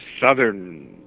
Southern